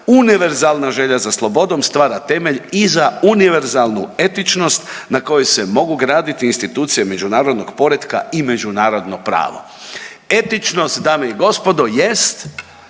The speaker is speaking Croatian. univerzalna želja za slobodom stvara temelj i za univerzalnu etičnost na kojoj se mogu graditi institucije međunarodnog poretka i međunarodno pravo. Etičnost dame i gospodo jest